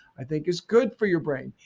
i think is good for your brain.